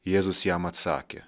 jėzus jam atsakė